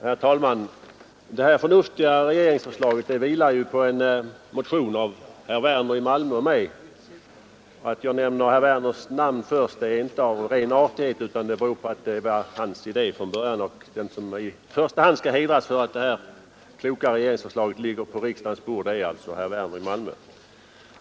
Herr talman! Det här förnuftiga regeringsförslaget vilar på en motion av herr Werner i Malmö och mig. Att jag nämner herr Werners namn först beror inte på ren artighet utan på att det var hans idé från början; den som i första hand skall hedras för att detta kloka regeringsförslag ligger på riksdagens bord är alltså herr Werner i Malmö.